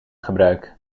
gebruik